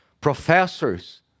professors